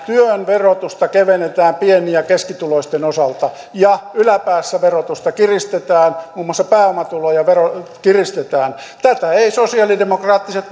työn verotusta kevennetään pieni ja keskituloisten osalta ja yläpäässä verotusta kiristetään muun muassa pääomatulojen veroa kiristetään tätä eivät sosialidemokraattiset